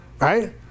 right